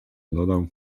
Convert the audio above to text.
dodał